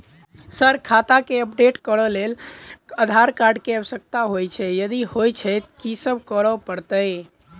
Sir खाता केँ update करऽ लेल आधार कार्ड केँ आवश्यकता होइ छैय यदि होइ छैथ की सब करैपरतैय?